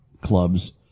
clubs